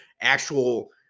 actual